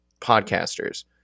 podcasters